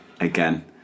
again